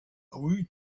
avui